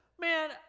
man